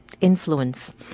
Influence